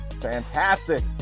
fantastic